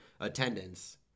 attendance